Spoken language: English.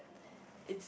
is